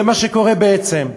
זה מה שקורה בעצם.